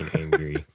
angry